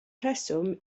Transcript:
rheswm